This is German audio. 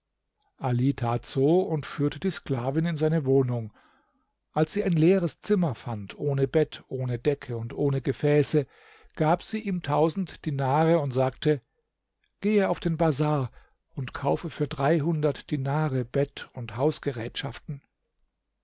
tat so und führte die sklavin in seine wohnung als sie ein leeres zimmer fand ohne bett ohne decke und ohne gefäße gab sie ihm tausend dinare und sagte gehe auf den bazar und kaufe für dreihundert dinare bett und